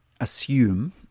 assume